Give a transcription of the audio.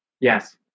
Yes